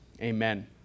Amen